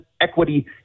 equity